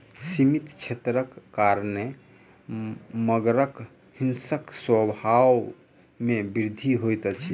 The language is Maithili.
सीमित क्षेत्रक कारणेँ मगरक हिंसक स्वभाव में वृद्धि होइत अछि